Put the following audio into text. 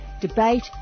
debate